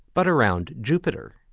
but around jupiter.